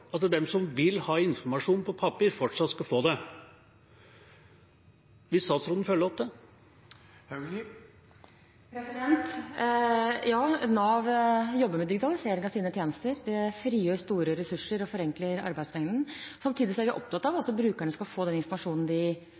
at de som vil ha informasjon på papir, fortsatt skal få det. Vil statsråden følge opp det? Ja. Nav jobber med digitalisering av sine tjenester. Det frigjør store ressurser og forenkler arbeidsmengden. Samtidig er vi opptatt av at brukerne skal få den informasjonen som de